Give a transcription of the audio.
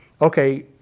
okay